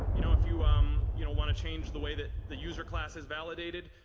you know, if you um you know want to change the way that the user class is validated,